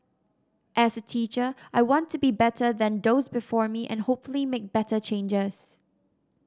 as a teacher I want to be better than those before me and hopefully make better changes